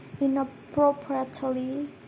inappropriately